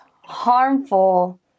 harmful